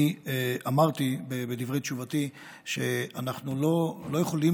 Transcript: אני אמרתי בדברי תשובתי שאנחנו לא יכולים